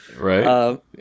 Right